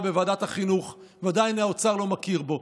בוועדת החינוך ועדיין האוצר לא מכיר בו